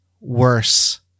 worse